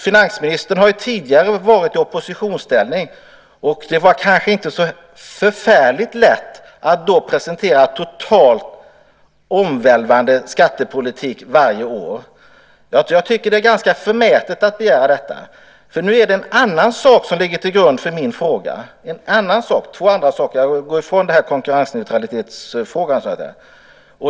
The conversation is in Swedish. Finansministern har också varit i oppositionsställning - det kanske inte är så förfärligt lätt att då presentera totalt omvälvande skattepolitik varje år. Jag tycker att det är ganska förmätet att begära det. Nu är det en annan sak som ligger till grund för min fråga, egentligen två, för jag har gått ifrån konkurrensneutraliteten.